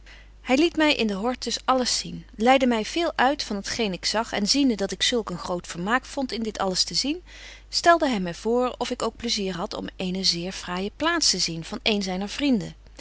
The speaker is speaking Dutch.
hy liet my in den hortus alles zien leidde my veel uit van t geen ik zag en ziende dat ik zulk een groot vermaak vond in dit alles te zien stelde hy my voor of ik ook plaizier had om eene zeer fraaije plaats te zien van een zyner vrienden